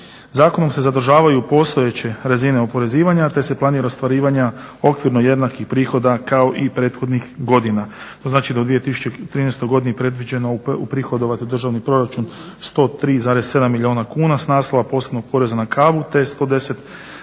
Zakonom se zadržavaju postojeće razine oporezivanja te se planira ostvarivanje okvirno jednakih prihoda kao i prethodnih godina. To znači da u 2013. godini je predviđeno uprihodovat u državni proračun 103,7 milijuna kuna s naslova posebnog poreza na kavu te 110,1